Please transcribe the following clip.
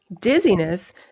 dizziness